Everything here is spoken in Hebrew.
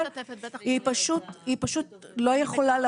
היא פשוט לא יכולה לקום.